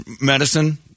medicine